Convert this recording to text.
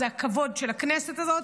זה הכבוד של הכנסת הזאת.